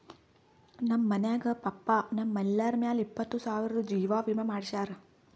ನಮ್ ಮನ್ಯಾಗ ಪಪ್ಪಾ ನಮ್ ಎಲ್ಲರ ಮ್ಯಾಲ ಇಪ್ಪತ್ತು ಸಾವಿರ್ದು ಜೀವಾ ವಿಮೆ ಮಾಡ್ಸ್ಯಾರ